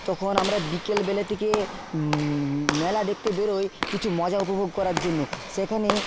তখন আমরা বিকেলবেলা থেকে মেলা দেখতে বেরোয় কিছু মজা উপভোগ করার জন্য সেখানে